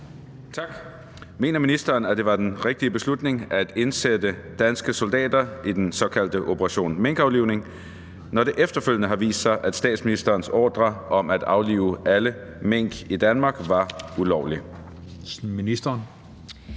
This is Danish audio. Tak. Mener ministeren, at det var den rigtige beslutning at indsætte danske soldater i den såkaldte operation minkaflivning, når det efterfølgende har vist sig, at statsministerens ordre om at aflive alle mink i Danmark var ulovlig?